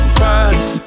fast